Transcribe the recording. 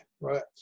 right